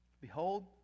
Behold